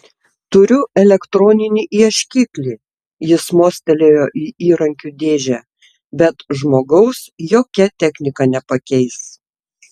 turiu elektroninį ieškiklį jis mostelėjo į įrankių dėžę bet žmogaus jokia technika nepakeis